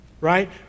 right